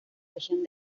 región